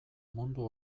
mundu